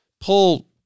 pull